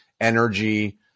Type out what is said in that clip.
energy